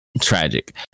tragic